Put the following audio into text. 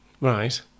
Right